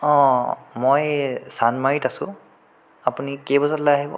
অঁ মই চান্দমাৰিত আছোঁ আপুনি কেই বজাত ওলাই আহিব